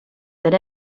that